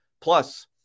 Plus